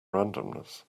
randomness